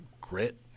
grit